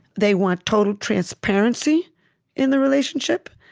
they want total transparency in the relationship.